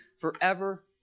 forever